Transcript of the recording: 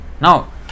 Now